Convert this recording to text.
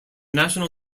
national